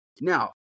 Now